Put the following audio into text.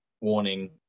warning